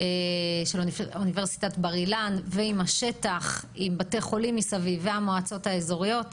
של אוניברסיטת בר אילן ועם בתי חולים מסביב והמועצות האזוריות בשטח.